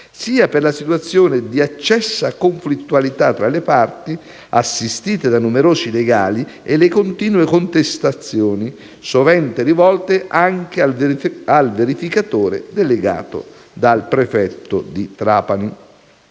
sia per la situazione di accesa conflittualità tra le parti, assistite da numerosi legali, e le continue contestazioni, sovente rivolte anche al verificatore delegato dal prefetto di Trapani.